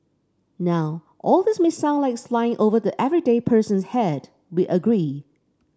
now all this may sound like it's flying over the everyday person's head we agree